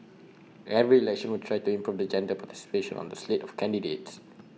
every election we try to improve the gender participation on the slate of candidates